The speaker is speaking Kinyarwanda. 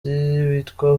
witwa